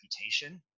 reputation